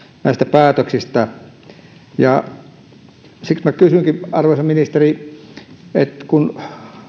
näistä päätöksistä siksi minä kysynkin arvoisa ministeri kun